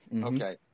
okay